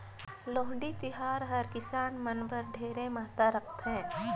लोहड़ी तिहार हर किसान मन बर ढेरे महत्ता राखथे